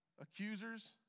Accusers